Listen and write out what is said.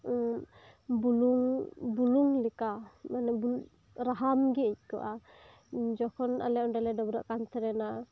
ᱵᱩᱞᱩᱝ ᱵᱩᱞᱩᱝ ᱞᱮᱠᱟ ᱢᱟᱱᱮ ᱫᱚ ᱨᱟᱦᱟᱢ ᱜᱮ ᱟᱹᱭᱠᱟᱹᱜᱼᱟ ᱡᱚᱠᱷᱚᱱ ᱟᱞᱮ ᱚᱸᱰᱮᱞᱮ ᱰᱟᱹᱵᱨᱟᱹᱜ ᱠᱟᱱ ᱛᱟᱦᱮᱸᱱᱟ